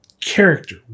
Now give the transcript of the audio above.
Character